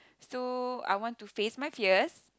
so I want to face my fears